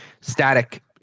static